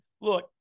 Look